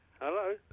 hello